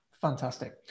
Fantastic